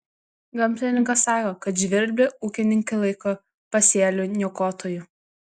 gamtininkas sako kad žvirblį ūkininkai laiko pasėlių niokotoju